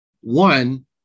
One